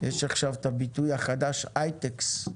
יש עכשיו את הביטוי החדש "היי-טקס",